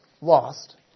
lost